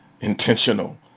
intentional